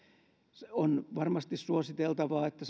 se on varmasti suositeltavaa että